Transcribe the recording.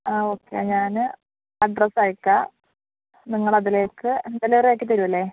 ആ ഓക്കെ ഞാന് അഡ്രസ്സ് അയക്കാം നിങ്ങളതിലേക്ക് ഡെലിവറി ആക്കിത്തരില്ലേ